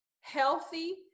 healthy